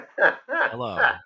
Hello